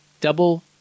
double